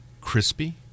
crispy